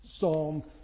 Psalm